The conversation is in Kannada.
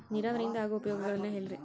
ನೇರಾವರಿಯಿಂದ ಆಗೋ ಉಪಯೋಗಗಳನ್ನು ಹೇಳ್ರಿ